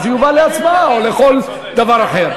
זה יובא להצבעה או לכל דבר אחר.